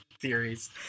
theories